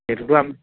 সেইটোতো